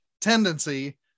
tendency